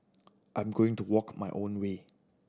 I am going to walk my own way